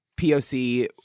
poc